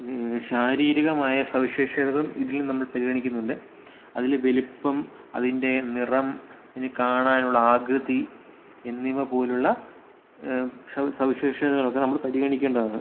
ഈ ശാരീരികമായ സവിശേഷതകളും ഇതിൽ നമ്മൾ പരിഗണിക്കുന്നുണ്ട് അതിൽ വലിപ്പം അതിൻ്റെ നിറം അതിനെ കാണാനുള്ള ആകൃതി എന്നിവ പോലുള്ള സവിശേഷത സവിശേഷതകളൊക്കെ നമ്മൾ പരിഗണിക്കേണ്ടതാണ്